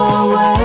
away